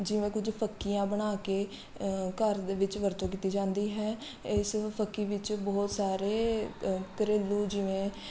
ਜਿਵੇਂ ਕੁਝ ਫੱਕੀਆਂ ਬਣਾ ਕੇ ਘਰ ਦੇ ਵਿੱਚ ਵਰਤੋਂ ਕੀਤੀ ਜਾਂਦੀ ਹੈ ਇਸ ਫੱਕੀ ਵਿੱਚ ਬਹੁਤ ਸਾਰੇ ਘਰੇਲੂ ਜਿਵੇਂ